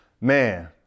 Man